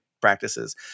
practices